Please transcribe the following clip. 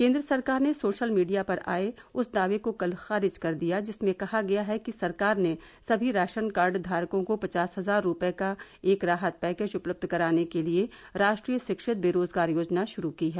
केन्द्र सरकार ने सोशल मीडिया पर आए उस दाये को कल खारिज कर दिया जिसमें कहा गया है कि सरकार ने सभी राशन कार्ड्वारकों को पचास हजार रुपये का एक राहत पैकेज उपलब्ध कराने के लिए राष्ट्रीय शिक्षित बेरोजगार योजना शुरू की है